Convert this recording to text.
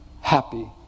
happy